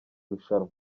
rushanwa